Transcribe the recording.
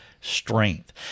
strength